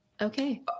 Okay